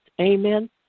Amen